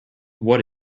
what